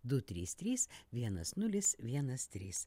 du trys trys vienas nulis vienas trys